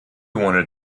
wanted